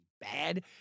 bad